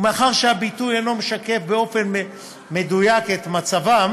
ומאחר שהביטוי אינו משקף באופן מדויק את מצבם,